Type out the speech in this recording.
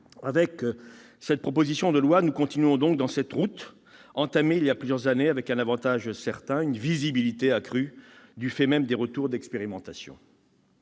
Avec cette proposition de loi, nous continuons donc sur une route entamée il y a plusieurs années, et ce avec un avantage certain, une visibilité accrue du fait des retours d'expérimentations.